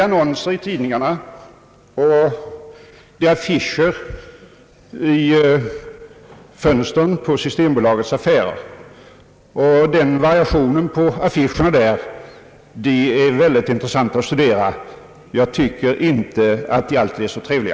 Annonserna i tidningarna och affischerna i fönstren på systembolagets affärer och även variationerna på affischerna är mycket intressanta att studera. Jag tycker inte att de alltid är så trevliga.